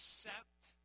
Accept